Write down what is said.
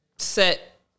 set